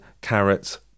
carrots